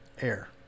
air